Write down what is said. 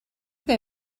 they